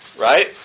right